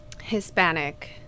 Hispanic